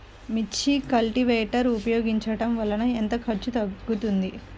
మిర్చి కల్టీవేటర్ ఉపయోగించటం వలన ఎంత ఖర్చు తగ్గుతుంది?